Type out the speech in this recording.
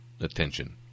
attention